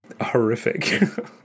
horrific